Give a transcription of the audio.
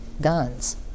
guns